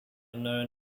known